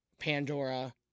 Pandora